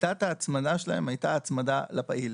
שיטת ההצמדה שלהם הייתה הצמדה לפעיל.